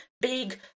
big